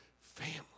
family